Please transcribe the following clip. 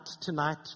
tonight